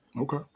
Okay